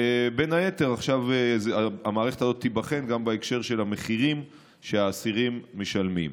ובין היתר המערכת הזאת תיבחן גם בהקשר של המחירים שהאסירים משלמים.